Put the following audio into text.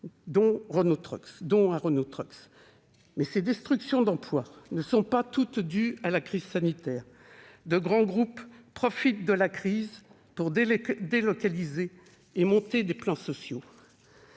chez Renault Trucks. Ces destructions d'emplois ne sont pas toutes dues à la crise sanitaire. De grands groupes profitent du contexte pour délocaliser et monter des plans sociaux.